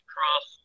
Cross